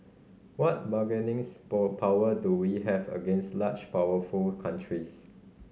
what bargaining power do we have against large powerful countries